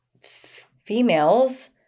females